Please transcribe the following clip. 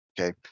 Okay